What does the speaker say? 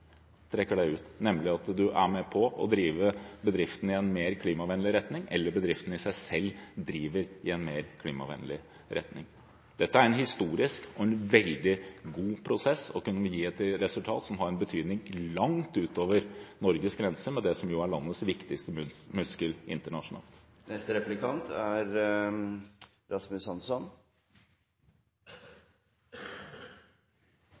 trekker seg ut, nemlig at man er med på å drive bedriften i en mer klimavennlig retning, eller at bedriften i seg selv driver i en mer klimavennlig retning. Dette er en historisk og veldig god prosess som vil kunne gi et resultat som har betydning langt utover Norges grenser – med det som jo er landets viktigste muskel internasjonalt.